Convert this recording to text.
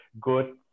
good